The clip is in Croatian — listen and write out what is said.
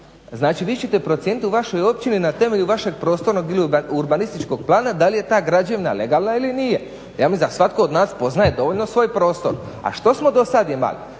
Znači vi ćete procijeniti u vašoj općini na temelju vašeg prostornog ili urbanističkog plana da li je ta građevina legalna ili nije. Ja mislim da svatko od nas poznaje dovoljno svoj prostor, a što smo do sad imali?